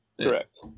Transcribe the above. correct